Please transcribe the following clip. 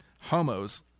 Homos